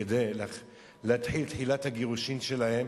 כדי להתחיל את מהלך הגירושים שלהן,